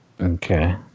Okay